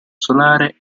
solare